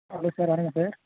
hello sir வணக்கம் sir